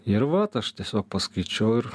ir vat aš tiesiog paskaičiau ir